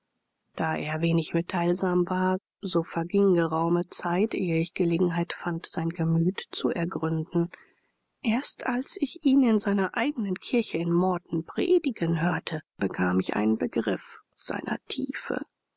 da er wenig mitteilsam war so verging geraume zeit ehe ich gelegenheit fand sein gemüt zu ergründen erst als ich ihn in seiner eigenen kirche in morton predigen hörte bekam ich einen begriff seiner tiefe